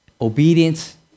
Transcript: Obedience